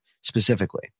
specifically